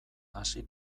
hasi